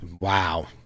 wow